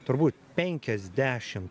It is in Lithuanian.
turbūt penkiasdešimt